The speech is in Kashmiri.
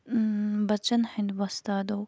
یِم بَچن ہند وستادو